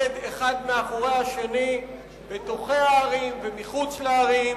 כלי רכב שעומדים אחד מאחורי השני בתוך הערים ומחוץ לערים.